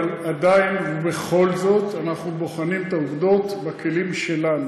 אבל עדיין ובכל זאת אנחנו בוחנים את העובדות בכלים שלנו,